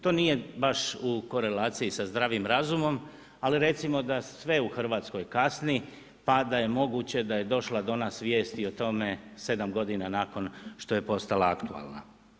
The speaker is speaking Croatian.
To nije baš u korelaciji sa zdravim razumom, ali recimo da sve u Hrvatskoj kasni, pa da je moguće da je došla do nas vijest i o tome 7 g. nakon što je postala aktualna.